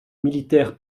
militaires